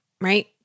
right